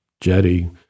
jetty